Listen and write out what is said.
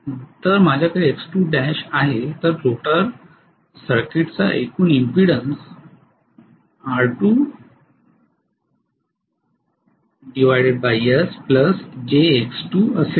तर माझ्याकडे X2l आहे तर रोटर सर्किटचा एकूण इंपीडन्स R2sjX2 असेल